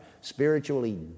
spiritually